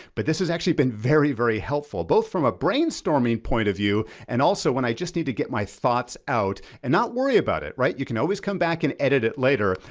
but this has actually been very, very helpful, both from a brainstorming point of view. and also when i just need to get my thoughts out and not worry about it, right? you can always come back and edit it later.